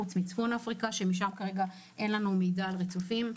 חוץ מצפון אפריקה שמשם אין לנו כרגע מידע על ריצופים,